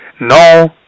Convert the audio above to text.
no